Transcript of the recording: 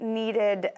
needed